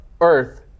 earth